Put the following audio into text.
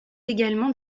également